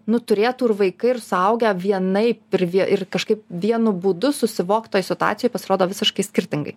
nu turėtų ir vaikai ir suaugę vienaip ir vie ir kažkaip vienu būdu susivokt toj situacijoj pasirodo visiškai skirtingai